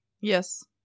yes